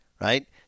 right